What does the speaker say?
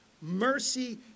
mercy